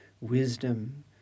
wisdom